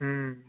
ம்